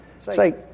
Say